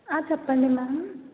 ఆ చెప్పండి మ్యామ్